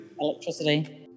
Electricity